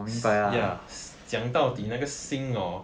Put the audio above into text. s~ ya s~ 讲到低那个心 hor